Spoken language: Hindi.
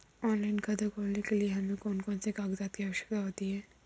ऑनलाइन खाता खोलने के लिए हमें कौन कौन से कागजात की आवश्यकता होती है?